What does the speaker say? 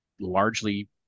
largely